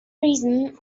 reason